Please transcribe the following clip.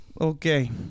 Okay